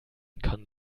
kann